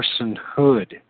personhood